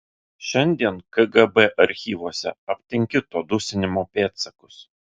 šiandien kgb archyvuose aptinki to dusinimo pėdsakus